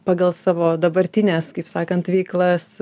pagal savo dabartines kaip sakant veiklas